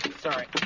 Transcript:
Sorry